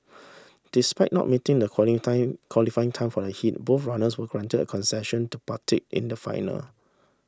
despite not meeting the time qualifying time for the heat both runners were granted a concession to partake in the final